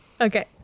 okay